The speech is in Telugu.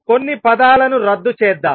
కొన్ని పదాలను రద్దు చేద్దాం